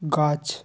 গাছ